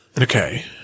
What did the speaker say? Okay